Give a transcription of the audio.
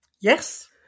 yes